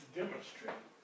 demonstrate